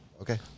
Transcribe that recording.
Okay